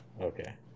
okay